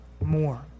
more